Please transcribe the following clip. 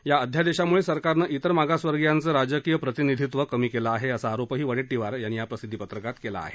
या अध्यादेशामुळे सरकारनं तिर मागासवर्गीयांचं राजकीय प्रतिनिधित्व कमी केलं आहे असा आरोपही वडेट्टीवार यांनी या प्रसिद्धीपत्रकात केला आहे